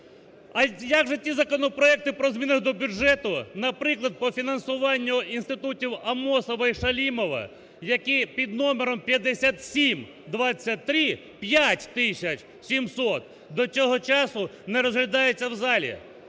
А як же ті законопроекти про зміни до бюджету, наприклад, по фінансуванню інститутів Амосова і Шалімова, які під номером 5723, п'ять тисяч сімсот, до цього часу не розглядаються в залі?